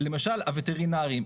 למשל הווטרינרים,